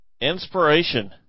Inspiration